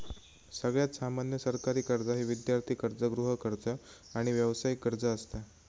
सगळ्यात सामान्य सरकारी कर्जा ही विद्यार्थी कर्ज, गृहकर्ज, आणि व्यावसायिक कर्ज असता